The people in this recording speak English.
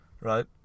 right